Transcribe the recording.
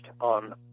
on